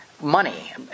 money